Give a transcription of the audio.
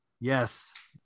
yes